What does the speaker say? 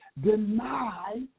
deny